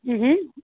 હ હ